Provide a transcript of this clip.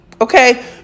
Okay